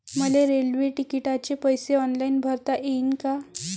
मले रेल्वे तिकिटाचे पैसे ऑनलाईन भरता येईन का?